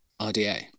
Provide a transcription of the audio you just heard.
RDA